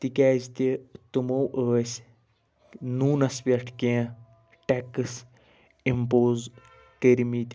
تِکیٛازتہِ تِمو ٲسۍ نوٗنَس پٮ۪ٹھ کیٚنٛہہ ٹیٚکٕس اِمپوز کٔرمِتۍ